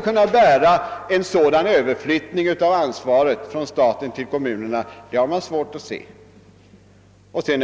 kunna bära en sådan överflyttning av väghållningsansvaret från staten utan att någon ny finansieringskälla anvisas för dem.